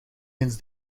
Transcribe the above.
eens